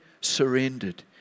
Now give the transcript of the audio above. surrendered